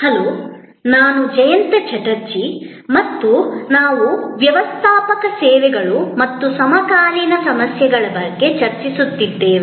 hello ನಾನು ಜಯಂತ ಚಟರ್ಜಿ ಮತ್ತು ನಾವು ವ್ಯವಸ್ಥಾಪಕ ಸೇವೆಗಳು ಮತ್ತು ಸಮಕಾಲೀನ ಸಮಸ್ಯೆಗಳ ಬಗ್ಗೆ ಚರ್ಚಿಸುತ್ತಿದ್ದೇವೆ